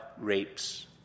rapes